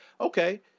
Okay